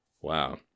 wow